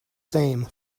same